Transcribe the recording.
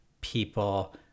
people